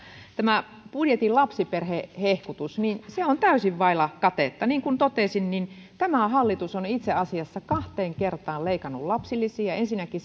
tämä budjetin lapsiperhehehkutus on täysin vailla katetta niin kuin totesin tämä hallitus on itse asiassa kahteen kertaan leikannut lapsilisiä ensinnäkin